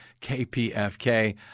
KPFK